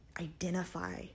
identify